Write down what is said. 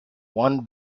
one